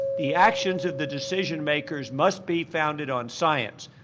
the actions of the decision makers must be founded on science.